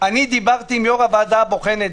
אני דיברתי עם יושב-ראש הוועדה הבוחנת